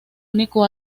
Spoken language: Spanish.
único